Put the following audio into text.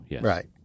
Right